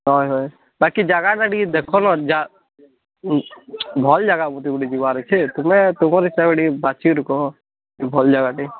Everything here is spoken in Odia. ହଏ ହଏ ବାକି ଜାଗାଟେ ଟିକେ ଦେଖନ ଜା ଉଁ ଭଲ୍ ଜାଗା ଗୋଟେ ଗୋଟେ ଯିବାର ଅଛି ତୁମେ ତୁମର ହିସାବରେ ଟିକେ ବାଛି କରି କହ ଭଲ ଜାଗାଟେ